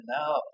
now